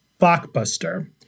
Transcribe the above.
Blockbuster